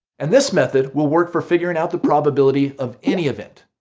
and this method will work for figuring out the probability of any event.